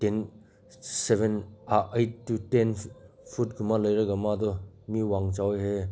ten seven eight two ten ꯐꯨꯠꯀꯨꯝꯕ ꯂꯩꯔꯒ ꯃꯥꯗꯣ ꯃꯤ ꯋꯥꯡ ꯆꯥꯎꯋꯦ ꯍꯥꯏꯌꯦ